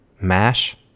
MASH